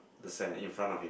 the sand in front of him